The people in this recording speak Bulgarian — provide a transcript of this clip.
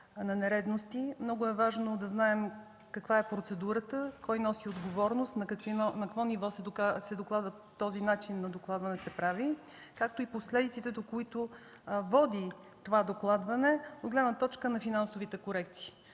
на нередности. Много е важно да знаем каква е процедурата, кой носи отговорност, на какво ниво се прави този начин на докладване, както и последиците, до които води това докладване от гледна точка на финансовите корекции.